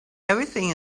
everything